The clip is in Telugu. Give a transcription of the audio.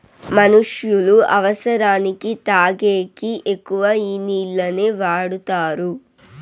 మనుష్యులు అవసరానికి తాగేకి ఎక్కువ ఈ నీళ్లనే వాడుతారు